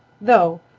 though,